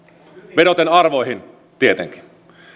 vedoten arvoihin tietenkin